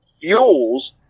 fuels